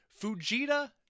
Fujita